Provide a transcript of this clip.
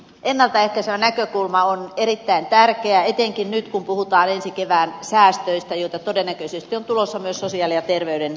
ennalta ehkäisevä näkökulma on erittäin tärkeä etenkin nyt kun puhutaan ensi kevään säästöistä joita todennäköisesti on tulossa myös sosiaali ja terveydenhuoltopuolelle